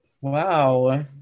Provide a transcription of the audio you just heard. Wow